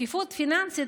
שקיפות פיננסית,